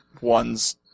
ones